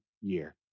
year